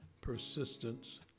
persistence